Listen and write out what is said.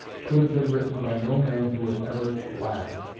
could have been written by no man who had ever laughed.